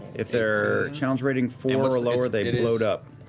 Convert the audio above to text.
if they're challenge rating four or lower, they're blowed up.